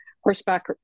horseback